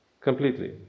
Completely